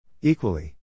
Equally